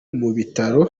mubitaro